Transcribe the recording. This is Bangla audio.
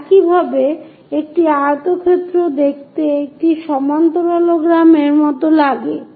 একইভাবে একটি আয়তক্ষেত্র দেখতে একটি সমান্তরালগ্রামের মতো লাগে